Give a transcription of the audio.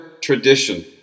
tradition